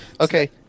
okay